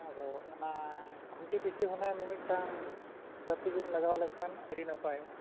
ᱟᱫᱚ ᱚᱱᱟ ᱠᱷᱩᱱᱴᱤ ᱯᱤᱪᱷᱩ ᱦᱩᱱᱟᱹᱝ ᱢᱤᱼᱢᱤᱫᱴᱟᱝ ᱵᱟᱹᱛᱤ ᱵᱤᱱ ᱞᱟᱜᱟᱣ ᱞᱮᱠᱷᱟᱱ ᱟᱹᱰᱤ ᱱᱟᱯᱟᱭᱚᱜᱼᱟ